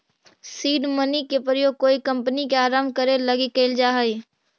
seed money के प्रयोग कोई कंपनी के आरंभ करे लगी कैल जा हई